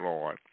Lord